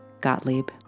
Gottlieb